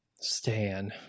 Stan